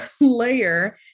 layer